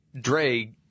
Dre